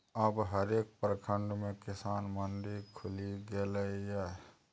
अब हरेक प्रखंड मे किसान मंडी खुलि गेलै ये